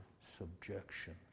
subjection